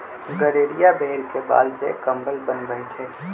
गड़ेरिया भेड़ के बाल से कम्बल बनबई छई